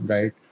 Right